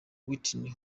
whitney